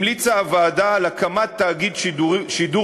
המליצה הוועדה על הקמת תאגיד שידור